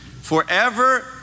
Forever